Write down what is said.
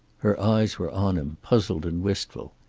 her eyes were on him, puzzled and wistful.